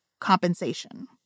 compensation